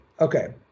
okay